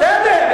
בסדר.